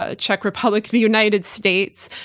ah czech republic, the united states,